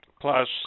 Plus